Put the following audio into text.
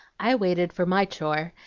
i waited for my chore,